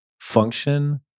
function